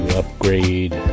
upgrade